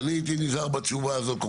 אני הייתי נזהר בתשובה הזאת.